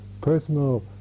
personal